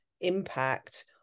impact